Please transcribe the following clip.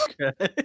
Okay